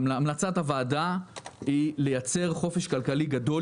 המלצת הוועדה היא לייצר חופש כלכלי גדול